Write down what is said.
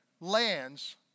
lands